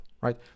right